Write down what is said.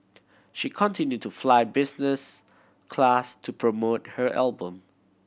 she continued to fly business class to promote her album